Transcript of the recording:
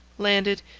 landed,